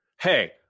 hey